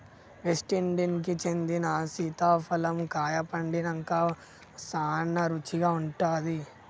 West Indies కి చెందిన సీతాఫలం కాయ పండినంక సానా రుచిగా ఉంటాది